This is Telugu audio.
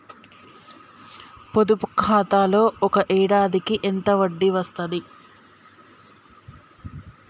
పొదుపు ఖాతాలో ఒక ఏడాదికి ఎంత వడ్డీ వస్తది?